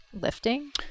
lifting